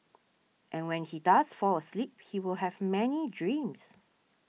and when he does fall asleep he will have many dreams